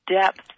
depth